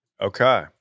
okay